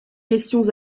questions